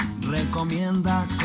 recomienda